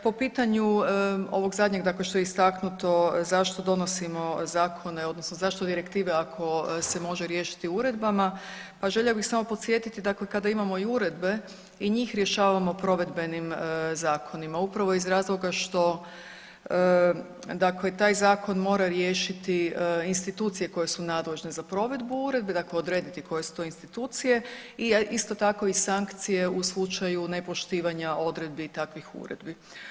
Po pitanju ovog zadnjeg dakle što je istaknuto zašto donosimo zakone odnosno zašto direktive ako se može riješiti uredbama, pa željela bih samo podsjetiti dakle kada imamo i uredbe i njih rješavamo provedbenim zakonima upravo iz razloga što dakle taj zakon mora riješiti institucije koje su nadležne za provedbu uredbe, dakle odrediti koje su to institucije i isto tako i sankcije u slučaju nepoštivanja odredbi takvih uredbi.